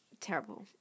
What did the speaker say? terrible